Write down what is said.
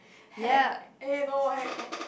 hang eh no hang